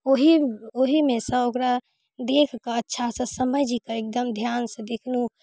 ओही ओहेमे सँ ओकरा देखिके अच्छासँ समझिके एकदम ध्यानसँ देखलहुँ